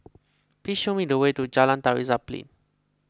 please show me the way to Jalan Tari Zapin